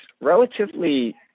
relatively